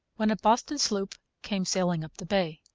when a boston sloop came sailing up the bay.